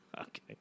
Okay